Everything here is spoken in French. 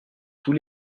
tous